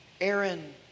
Aaron